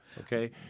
okay